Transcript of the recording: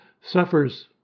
suffers